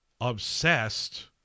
obsessed